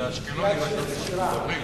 זה אשקלונים מדברים.